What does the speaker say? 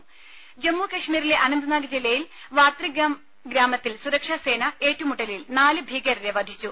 രുഭ ജമ്മു കശ്മീരിലെ അനന്ത്നാഗ് ജില്ലയിൽ വാത്രിഗാം ഗ്രാമത്തിൽ സുരക്ഷാ സേന ഏറ്റുമുട്ടലിൽ നാല് ഭീകരരെ വധിച്ചു